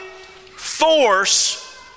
force